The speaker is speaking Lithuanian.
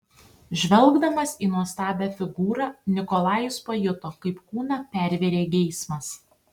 žvelgdamas į nuostabią figūrą nikolajus pajuto kaip kūną pervėrė geismas